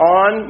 on